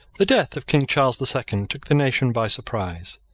the death of king charles the second took the nation by surprise.